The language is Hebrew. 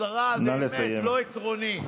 השרה, באמת לא עקרוני.